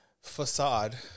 facade